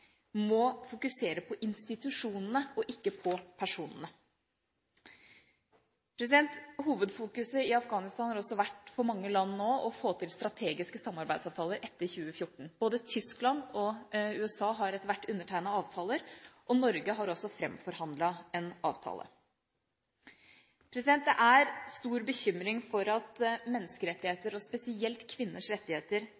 må fokusere på institusjonene og ikke på personene. Hovedfokuset i Afghanistan har for mange land nå også vært å få til strategiske samarbeidsavtaler etter 2014. Både Tyskland og USA har etter hvert undertegnet avtaler, og Norge har også framforhandlet en avtale. Det er stor bekymring for at